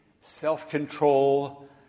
self-control